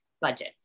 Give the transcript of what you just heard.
budget